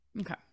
Okay